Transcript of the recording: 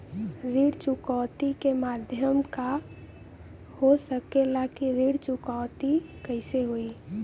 ऋण चुकौती के माध्यम का हो सकेला कि ऋण चुकौती कईसे होई?